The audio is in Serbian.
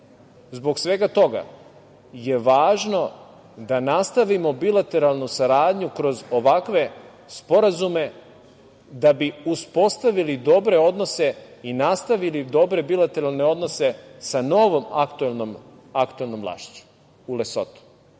zbog svega toga je važno da nastavimo bilateralnu saradnju kroz ovakve sporazume da bi uspostavili dobre odnose i nastavili dobre bilateralne odnose sa novom aktuelnom vlašću u Lesotu.